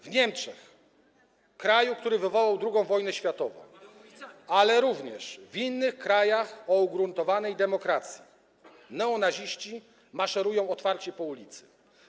W Niemczech, kraju, który wywołał II wojnę światową, ale również w innych krajach o ugruntowanej demokracji, neonaziści maszerują otwarcie po ulicach.